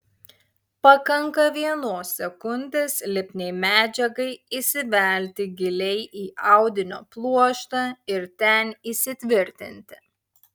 pakanka vienos sekundės lipniai medžiagai įsivelti giliai į audinio pluoštą ir ten įsitvirtinti